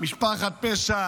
משפחת פשע